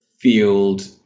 field